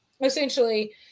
essentially